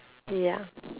ya